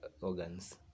organs